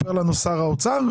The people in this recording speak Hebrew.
שסיפר לנו שר האוצר.